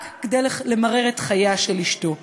רק כדי למרר את חייה של אשתו.